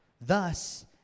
thus